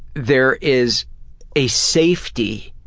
there is a safety